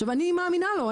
עכשיו, אני מאמינה לו.